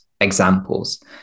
examples